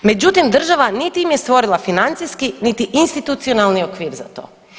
Međutim, država niti im je stvorila financijski niti institucionalni okvir za to.